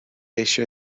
eisiau